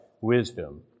wisdom